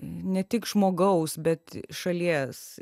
ne tik žmogaus bet šalies